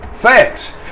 facts